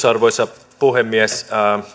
arvoisa puhemies